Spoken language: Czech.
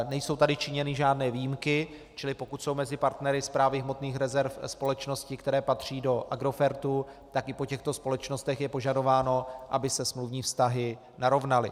Nejsou tady činěny žádné výjimky, čili pokud jsou mezi partnery Správy hmotných rezerv společnosti, které patří do Agrofertu, tak i po těchto společnostech je požadováno, aby se smluvní vztahy narovnaly.